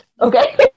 okay